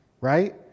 right